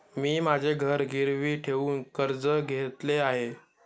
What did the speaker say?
मी माझे घर गिरवी ठेवून कर्ज घेतले आहे